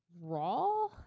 raw